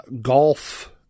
golf